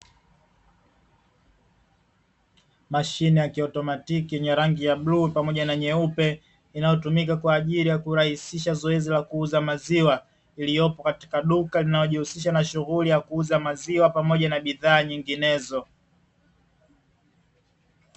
Mashine ya kiotomatiki yenye rangi ya bluu pamoja na nyeupe inayotumika kwa ajili ya kurahisisha zoezi la kuuza maziwa, iliyopo katika duka linalojihusisha na shughuli ya kuuza maziwa pamoja na bidhaa nyinginezo.